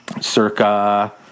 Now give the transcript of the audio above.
circa